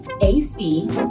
AC